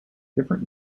different